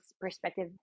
perspective